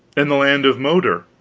in the land of moder,